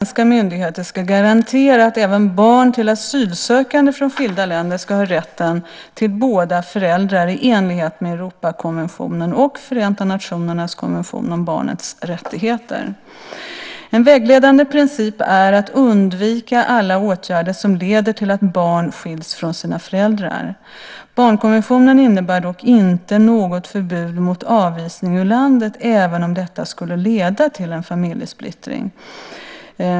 Herr talman! Gunnar Nordmark har frågat mig vilka åtgärder jag avser att vidta för att svenska myndigheter ska garantera att även barn till asylsökande från skilda länder ska ha rätten till båda sina föräldrar i enlighet med Europakonventionen och Förenta nationernas konvention om barnets rättigheter. En vägledande princip är att undvika alla åtgärder som leder till att barn skiljs från sina föräldrar. Barnkonventionen innebär dock inte något förbud mot avvisning ur landet även om detta skulle leda till en familjesplittring .